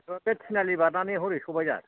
बे तिनालि बारनानै हरै सबाइजार